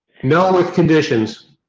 no, it's conditions.